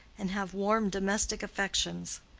and have warm domestic affections.